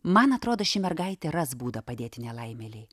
man atrodo ši mergaitė ras būdą padėti nelaimėlei